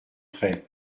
prêt